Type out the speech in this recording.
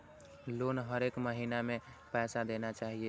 Loan हरेक महीना में पैसा देना चाहि?